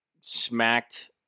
smacked